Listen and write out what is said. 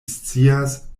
scias